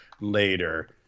later